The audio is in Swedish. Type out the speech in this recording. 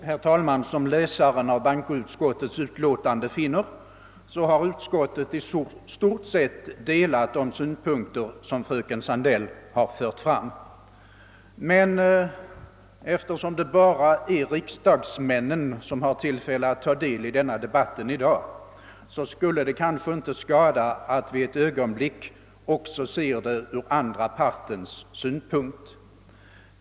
Herr talman! Som läsaren av bankoutskottets utlåtande finner har utskottet i stort sett delat de synpunkter som fröken Sandell har fört fram. Men eftersom det bara är riksdagsmännen som har tillfälle att ta del i debatten i dag, skulle det kanske inte skada att vi ett ögonblick också ser det ur den andra partens synpunkt.